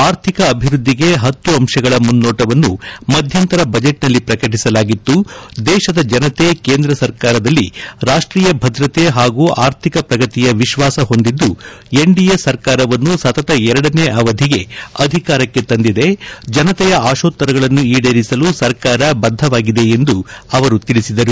ಆರ್ಥಿಕ ಅಭಿವೃದ್ದಿಗೆ ಹತ್ತು ಅಂಶಗಳ ಮುನ್ನೋಟವನ್ನು ಮಧ್ಯಂತರ ಬಜೆಟ್ನಲ್ಲಿ ಪ್ರಕಟಿಸಲಾಗಿತ್ತು ದೇಶದ ಜನತೆ ಕೇಂದ್ರ ಸರ್ಕಾರದಲ್ಲಿ ರಾಷ್ಟೀಯ ಭದ್ರತೆ ಹಾಗೂ ಅರ್ಥಿಕ ಪ್ರಗತಿಯ ವಿಶ್ವಾಸ ಹೊಂದಿದ್ದು ಎನ್ಡಿಎ ಸರ್ಕಾರವನ್ನು ಸತತ ಎರಡನೇ ಅವಧಿಗೆ ಅಧಿಕಾರಕ್ಕೆ ತಂದಿದೆ ಜನತೆಯ ಆಶೋತ್ತರಗಳನ್ನು ಈಡೇರಿಸಲು ಸರ್ಕಾರ ಬದ್ದವಾಗಿದೆ ಎಂದು ಅವರು ತಿಳಿಸಿದರು